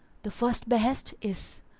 the first behest is,